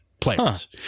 players